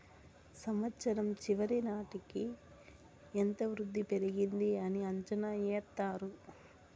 సంవచ్చరం చివరి నాటికి ఎంత వృద్ధి పెరిగింది అని అంచనా ఎత్తారు